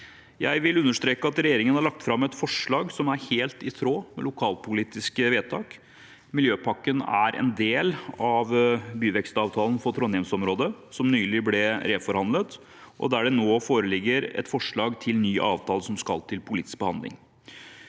Jeg vil understreke at regjeringen har lagt fram et forslag som er helt i tråd med lokalpolitiske vedtak. Miljøpakken er en del av byvekstavtalen for Trondheims-området, som nylig ble reforhandlet, der det nå foreligger et forslag til ny avtale som skal til politisk behandling.